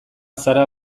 zara